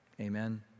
Amen